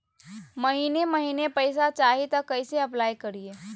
महीने महीने पैसा चाही, तो कैसे अप्लाई करिए?